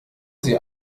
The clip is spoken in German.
sie